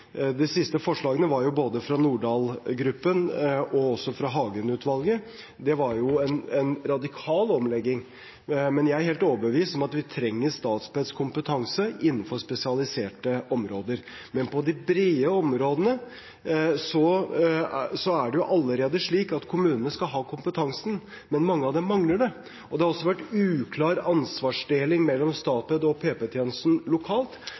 De siste forslagene, både fra Nordahl-gruppen og Hagen-utvalget, gikk ut på en radikal omlegging. Jeg er helt overbevist om at vi trenger Statpeds kompetanse innenfor spesialiserte områder. På de brede områdene skal kommunene allerede ha kompetansen, men mange av dem mangler den. Det har også vært en uklar ansvarsdeling mellom Statped og PP-tjenesten lokalt.